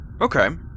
Okay